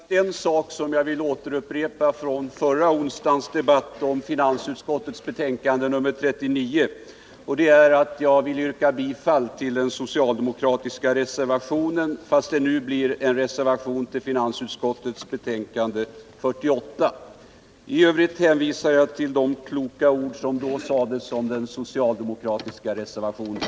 Herr talman! Det är endast en sak som jag vill upprepa från förra onsdagens debatt om finansutskottets betänkande nr 39, och det är att jag yrkar bifall till den socialdemokratiska reservationen. I övrigt hänvisar jag till de kloka ord som förra onsdagen sades om den socialdemokratiska reservationen.